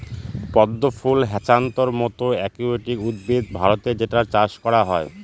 পদ্ম ফুল হ্যাছান্থর মতো একুয়াটিক উদ্ভিদ ভারতে যেটার চাষ করা হয়